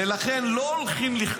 ולכן לא הולכים,